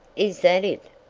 is that it?